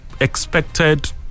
expected